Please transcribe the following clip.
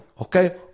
okay